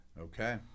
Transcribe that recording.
Okay